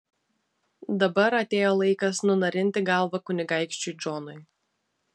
dabar atėjo laikas nunarinti galvą kunigaikščiui džonui